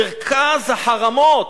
מרכז החרמות,